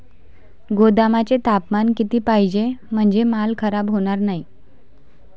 गोदामाचे तापमान किती पाहिजे? म्हणजे माल खराब होणार नाही?